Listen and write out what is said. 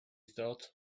thought